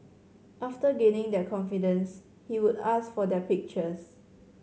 after gaining their confidence he would ask for their pictures